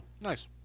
nice